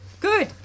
Good